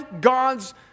God's